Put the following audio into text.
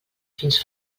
fins